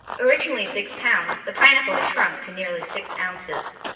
originally six pounds, the pineapple has shrunk to nearly six ounces.